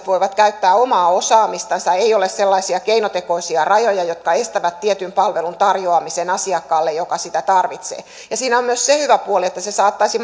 voivat käyttää omaa osaamistansa ei ole sellaisia keinotekoisia rajoja jotka estävät tietyn palvelun tarjoamisen asiakkaalle joka sitä tarvitsee ja siinä on myös se hyvä puoli että se saattaisi